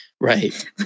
Right